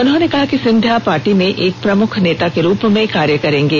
उन्होंने कहा कि सिंधिया पार्टी में एक प्रमुख नेता के रूप में कार्य करेंगे